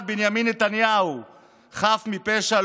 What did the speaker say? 1. בנימין נתניהו חף מפשע,